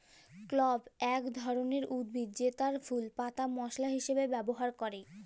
clove এক ধরলের উদ্ভিদ জেতার ফুল পাতা মশলা হিসাবে ব্যবহার ক্যরে